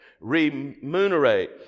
remunerate